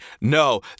no